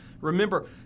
Remember